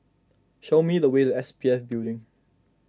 show me the way to S P F Building